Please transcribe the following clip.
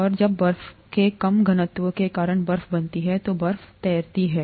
और जब बर्फ के कम घनत्व के कारण बर्फ बनती है तो बर्फ तैरती है